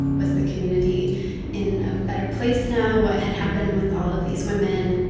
was the community in a better place now? what had happened with all of these women?